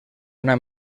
una